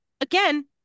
again